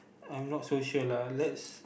I'm not so sure lah let's